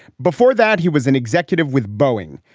before that, he was an executive with boeing.